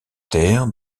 terres